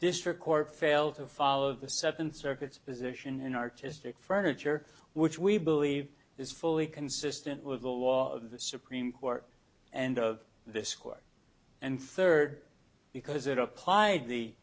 district court failed to follow the seven circuits position in artistic furniture which we believe is fully consistent with the law of the supreme court and of this court and third because it applied the